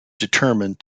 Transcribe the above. determined